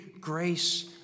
grace